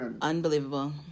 unbelievable